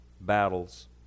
battles